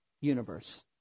universe